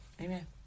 Amen